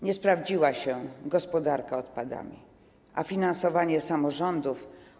Nie sprawdziła się gospodarka odpadami, a finansowanie samorządów.